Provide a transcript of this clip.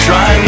Try